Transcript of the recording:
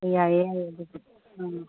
ꯍꯣꯏ ꯌꯥꯏꯌꯦ ꯌꯥꯎꯌꯦ ꯑꯗꯨꯁꯨ ꯑ